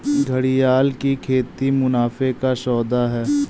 घड़ियाल की खेती मुनाफे का सौदा है